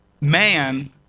Man